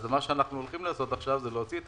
אז מה שאנחנו הולכים לעשות עכשיו זה להוציא את